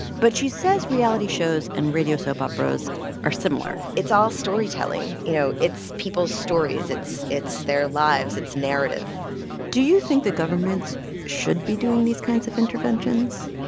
but she says reality shows and radio soap operas are similar it's all storytelling. you know, it's people's stories. it's it's their lives. it's narrative do you think that governments should be doing these kinds of interventions?